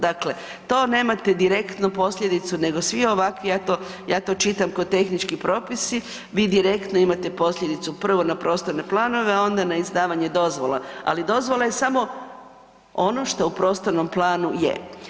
Dakle, to nema direktno posljedicu nego svi ovakvi ja to čitam ko tehnički propisi, vi direktno imate posljedicu prvo na prostorne planove, a onda na izdavanje dozvola, ali dozvola je samo on što u prostornom planu je.